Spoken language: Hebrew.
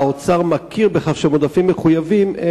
והאוצר מכיר בכך שהם עודפים מחויבים,